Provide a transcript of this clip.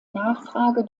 nachfrage